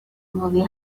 movie